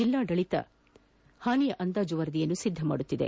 ಜಿಲ್ಲಾಡಳಿತ ಹಾನಿಯ ಅಂದಾಜು ವರದಿ ಸಿದ್ದಪಡಿಸುತ್ತಿದೆ